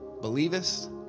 believest